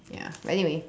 ya but anyway